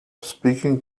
speaking